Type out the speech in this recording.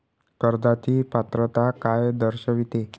कर्जाची पात्रता काय दर्शविते?